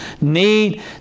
need